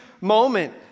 moment